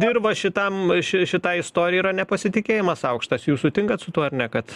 dirva šitam ši šitai istorija yra nepasitikėjimas aukštas jūs sutinkat su tuo ar ne kad